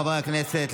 חברי הכנסת,